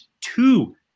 two